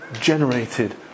generated